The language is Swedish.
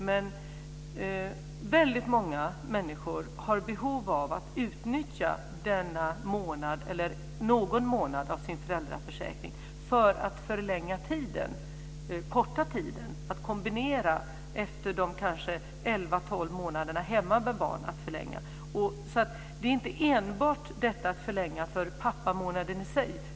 Men väldigt många människor har behov av att utnyttja denna månad, eller någon månad av sin föräldraförsäkring, för att förlänga tiden, korta arbetstiden eller kombinera med att förlänga efter kanske elva tolv månader hemma med barn. Det gäller alltså inte enbart att förlänga pappamånaden i sig.